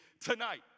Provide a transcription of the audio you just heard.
tonight